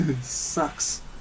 sucks